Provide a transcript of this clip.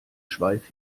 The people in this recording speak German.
schweif